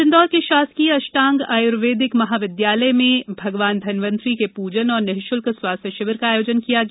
आज इंदौर के षासकीय अष्टांग आयुर्वेदिक महाविद्यालय में भगवान धन्वतरी के पूजन और निःषुल्क स्वास्थ्य षिविर का आयोजन किया गया